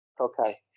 Okay